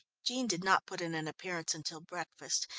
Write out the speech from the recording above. jean did not put in an appearance until breakfast,